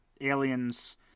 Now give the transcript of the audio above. aliens